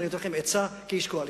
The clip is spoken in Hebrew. ואני נותן לכם עצה כאיש הקואליציה.